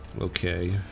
Okay